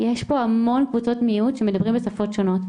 יש פה המון קבוצות שמדברות בשפות שונות.